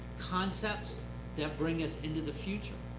concepts that bring us into the future,